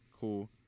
Cool